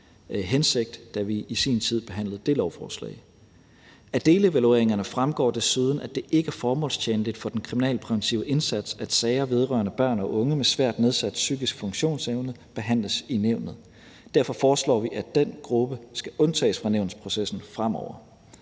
hensigt, da vi i sin tid behandlede det lovforslag. Af delevalueringerne fremgår desuden, at det ikke er formålstjenligt for den kriminalpræventive indsats, at sager vedrørende børn og unge med svært nedsat psykisk funktionsevne behandles i nævnet. Derfor foreslår vi, at den gruppe fremover skal undtages fra nævnsprocessen. Der